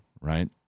right